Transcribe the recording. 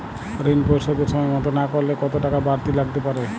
ঋন পরিশোধ সময় মতো না করলে কতো টাকা বারতি লাগতে পারে?